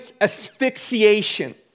asphyxiation